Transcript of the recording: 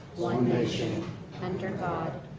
one nation under god,